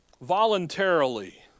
voluntarily